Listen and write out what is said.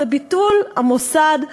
הוא ביטול המוסד,